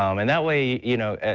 um and that way you know,